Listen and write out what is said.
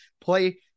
play